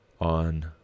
on